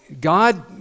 God